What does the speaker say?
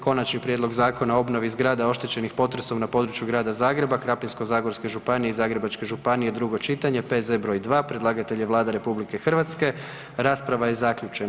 Konačni prijedlog Zakona o obnovi zgrada oštećenih potresom na području Grada Zagreba, Krapinsko-zagorske županije i Zagrebačke županije, drugo čitanje, P.Z. br. 2, predlagatelj je Vlada RH, rasprava je zaključena.